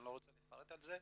אני לא אפרט על כך.